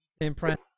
impress